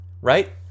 right